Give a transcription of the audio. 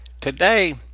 Today